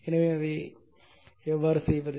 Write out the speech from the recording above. எனவே அதை எவ்வாறு செய்வது